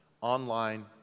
online